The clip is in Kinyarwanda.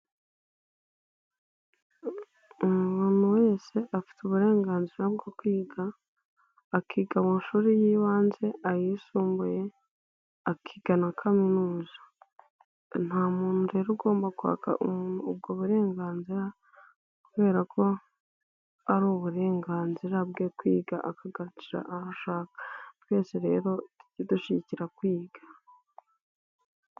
Umuntu wese afite uburenganzira bwo kwiga, akiga amashuri y'ibanze, ayisumbuye, akiga na kaminuza. Nta muntu rero ugomba kwakwa ubwo burenganzira kubera ko ari uburenganzira bwe kwiga, akagarukira aho ashaka. Twese rero tujye dushyigikira kwiga.